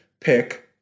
pick